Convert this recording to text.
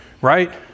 right